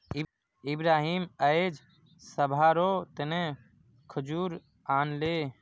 इब्राहिम अयेज सभारो तने खजूर आनले